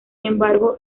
embargo